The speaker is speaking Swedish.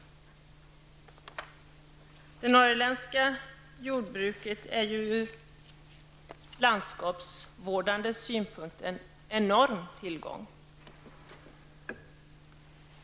Det norrländska jordbruket är ur landskapsvårdande synpunkt en enorm tillgång.